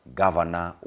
governor